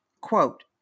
quote